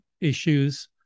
issues